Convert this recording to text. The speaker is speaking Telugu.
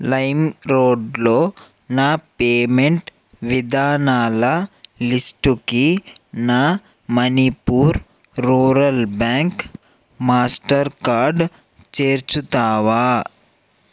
లైమ్ రోడ్లో నా పేమెంట్ విధానాల లిస్టుకి నా Manipur rural bank master card చేర్చుతావా